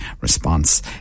response